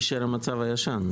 יישאר המצב הישן.